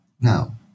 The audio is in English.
Now